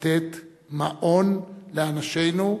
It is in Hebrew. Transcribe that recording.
לתת מעון לאנשינו,